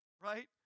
right